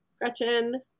gretchen